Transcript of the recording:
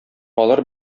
алар